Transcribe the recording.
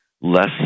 less